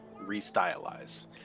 restylize